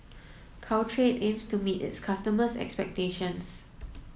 Caltrate aims to meet its customers' expectations